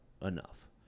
enough